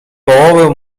połowę